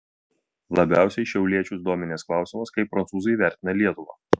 labiausiai šiauliečius dominęs klausimas kaip prancūzai vertina lietuvą